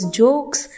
jokes